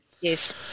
yes